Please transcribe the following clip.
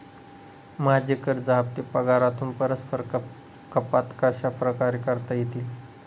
माझे कर्ज हफ्ते पगारातून परस्पर कपात कशाप्रकारे करता येतील?